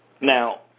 Now